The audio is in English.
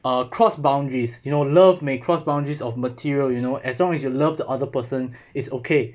uh cross boundaries you know love may cross boundaries of material you know as long as you love the other person is okay